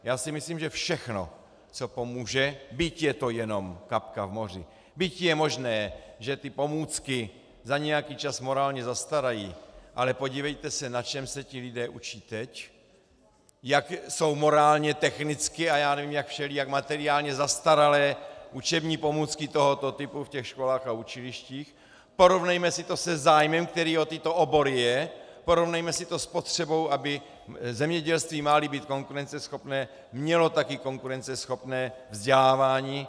Já si myslím, že všechno, co pomůže, byť je to jen kapka v moři, byť je možné, že ty pomůcky za nějaký čas morálně zastarají, ale podívejte se, na čem se ti lidé učí teď, jak jsou morálně, technicky a já nevím jak všelijak materiálně zastaralé učební pomůcky tohoto typu v těch školách a učilištích, porovnejme si to se zájmem, který o tyto obory je, porovnejme si to s potřebou, aby zemědělství, máli být konkurenceschopné, mělo také konkurenceschopné vzdělávání.